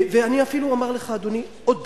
ואני אפילו אומר לך, אדוני, עוד דבר: